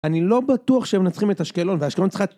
אני לא בטוח שהם מנצחים את אשקלון, ואשקלון צריכה...